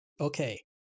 okay